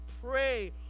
pray